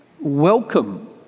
welcome